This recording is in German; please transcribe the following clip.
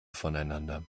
voneinander